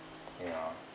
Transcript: yeah